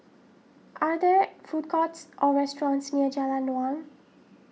are there food courts or restaurants near Jalan Naung